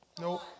no